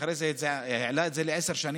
ואחרי זה העלה את זה לעשר שנים,